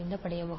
254 j135 j105